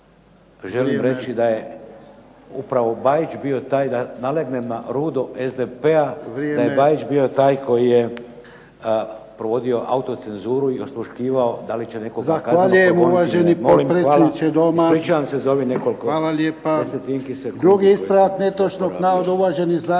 želim reći da je upravo Bajić bio taj, da nalegnem na rudo SDP-a, da je Bajić bio taj koji je provodio autocenzuru i osluškivao da li će netko biti **Jarnjak, Ivan (HDZ)** Vrijeme. Zahvaljujem uvaženi potpredsjedniče Doma. Hvala. Drugi ispravak netočnog navoda, uvaženi